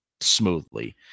smoothly